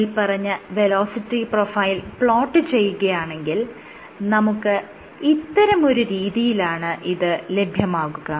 മേല്പറഞ്ഞ velocity profile plot ചെയ്യുകയാണെങ്കിൽ നമുക്ക് ഇത്തരമൊരു രീതിയിലാണ് ഇത് ലഭ്യമാകുക